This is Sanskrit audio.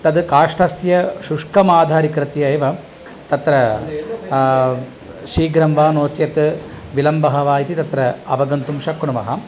तत् काष्ठस्य शुष्कम् आधारीकृत्य एव तत्र शीघ्रं वा नोचेत् विलम्बः वा इति तत्र अवगन्तुं शक्णुमः